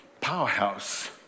powerhouse